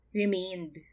remained